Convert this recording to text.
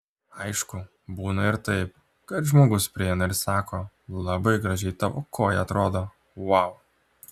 aišku būna ir taip kad žmogus prieina ir sako labai gražiai tavo koja atrodo vau